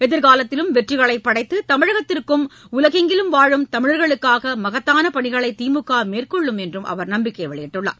எதிர்காலத்திலும் வெற்றிகளைப் படைத்து தமிழகத்திற்கும் உலகெங்கிலும் வாழும் தமிழர்களுக்காக மகத்தான பணிகளை திமுக மேற்கொள்ளும் என்றும் நம்பிக்கை தெரிவித்துள்ளார்